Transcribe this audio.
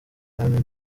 inani